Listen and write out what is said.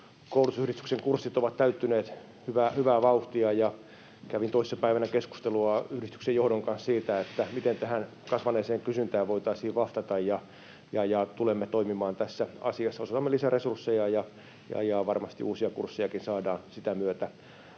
Maanpuolustuskoulutusyhdistyksen kurssit ovat täyttyneet hyvää vauhtia, ja kävin toissa päivänä keskustelua yhdistyksen johdon kanssa siitä, miten tähän kasvaneeseen kysyntään voitaisiin vastata. Tulemme toimimaan tässä asiassa, osoitamme lisäresursseja, ja varmasti uusia kurssejakin saadaan sitä myötä